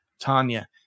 Tanya